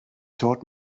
taught